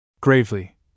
Gravely